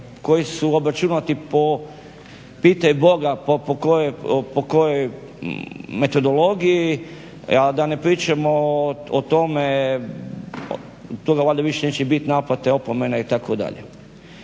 koji su obračunati pitaj Boga po kojoj metodologiji, a da ne pričamo o tome, toga valjda više neće biti naplate opomene itd. Dakle,